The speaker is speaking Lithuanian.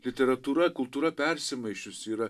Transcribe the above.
literatūra kultūra persimaišiusi yra